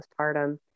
postpartum